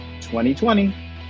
2020